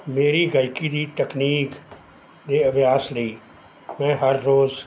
ਮੇਰੀ ਗਾਇਕੀ ਦੀ ਤਕਨੀਕ ਦੇ ਅਭਿਆਸ ਲਈ ਮੈਂ ਹਰ ਰੋਜ਼